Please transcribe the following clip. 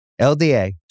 LDA